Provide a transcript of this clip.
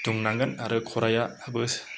दुंनांगोन आरो खरायआबो